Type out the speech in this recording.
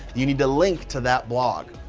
you need to link to that blog.